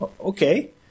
Okay